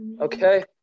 okay